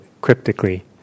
cryptically